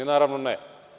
Naravno - ne.